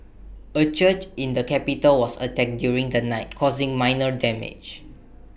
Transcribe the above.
A church in the capital was attacked during the night causing minor damage